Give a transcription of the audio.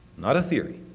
not a theory.